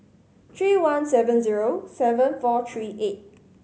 three one seven zero seven four three eight